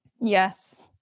Yes